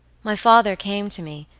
my father came to me,